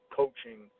coaching